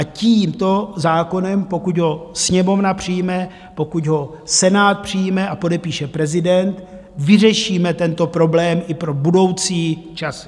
Tímto zákonem, pokud ho Sněmovna přijme, pokud ho Senát přijme a podepíše prezident, vyřešíme tento problém i pro budoucí časy.